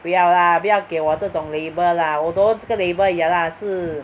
不要 lah 不要给我这种 label lah although 这个 label ya lah 是